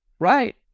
Right